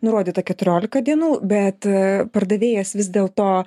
nurodyta keturiolika dienų bet pardavėjas vis dėlto